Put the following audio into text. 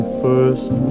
first